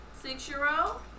six-year-old